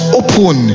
open